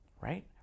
right